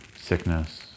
sickness